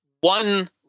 one